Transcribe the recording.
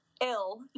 ill